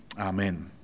amen